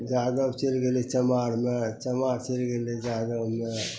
यादव चलि गेलै चमारमे चमार चलि गेलै यादवमे